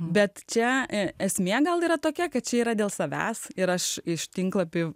bet čia esmė gal yra tokia kad čia yra dėl savęs ir aš iš tinklapių